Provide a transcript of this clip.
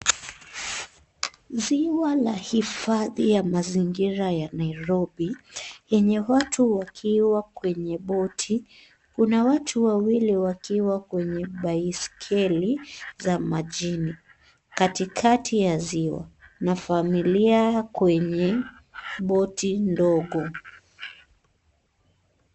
Ziwa la hifadhi ya mazingira ya Nairobi, yenye watu wakiwa kwenye boti. Kuna watu wawili wakiwa kwenye baiskeli za majini katikati ya ziwa na familia kwenye boti ndogo.